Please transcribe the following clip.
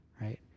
right